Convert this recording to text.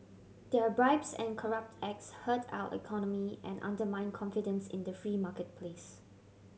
their bribes and corrupt acts hurt our economy and undermine confidence in the free marketplace